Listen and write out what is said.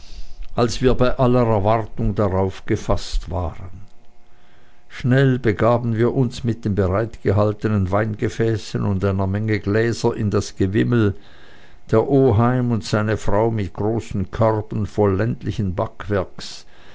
als wir bei aller erwartung darauf gefaßt waren schnell begaben wir uns mit den bereitgehaltenen weingefäßen und einer menge gläser in das gewimmel der oheim und seine frau mit großen körben voll ländlichen backwerkes